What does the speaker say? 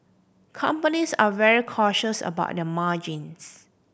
companies are very cautious about their margins